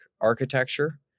architecture